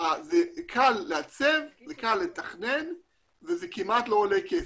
זה קל לעצב, קל לתכנן וזה כמעט לא עולה כסף.